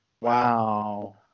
wow